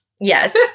Yes